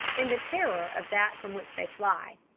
in the terror of that from which they fly.